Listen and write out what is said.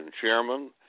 chairman